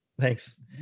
Thanks